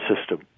system